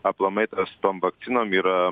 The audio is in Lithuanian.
aplamai tas tom vakcinom yra